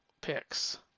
picks